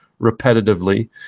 repetitively